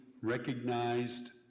recognized